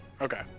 Okay